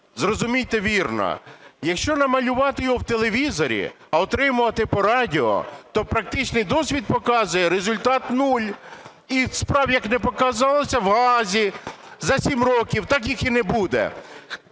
зрозумійте вірно, якщо намалювати його в телевізорі, а отримувати по радіо, то практичний досвід показує результат нуль і справ як не показалося в Гаазі за 7 років, так їх і не буде.